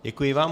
Děkuji vám.